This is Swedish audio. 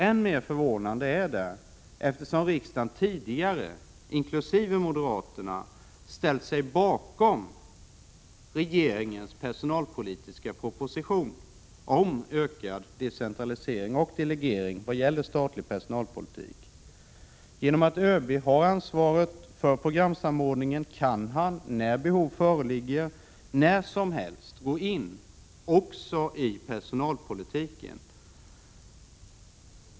Än mera förvånande är det eftersom riksdagen, inkl. moderaterna, tidigare ställt sig bakom regeringens personalpolitiska proposition om ökad decentra lisering och delegering vad gäller statlig personalpolitik. Genom att ÖB har ansvaret för programsamordningen kan han när behov föreligger när som helst gå in också i personalpolitiken.